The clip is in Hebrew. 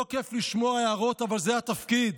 לא כיף לשמוע הערות, אבל זה התפקיד,